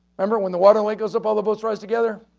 remember, when the water link goes up, all the boats rise together.